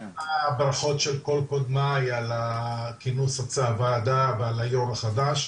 ברכות של כל קודמי על הכינוס של הוועדה ועל היו"ר החדש.